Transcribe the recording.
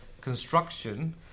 construction